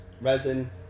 resin